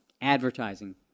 advertising